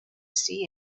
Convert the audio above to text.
see